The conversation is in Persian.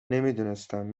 نمیدونستم